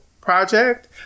project